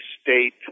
state